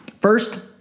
First